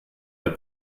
der